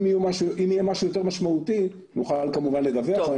אם יהיה משהו יותר משמעותי נוכל כמובן לדווח.